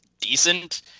decent